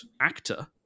actor